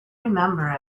remember